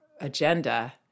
Agenda